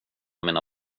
mina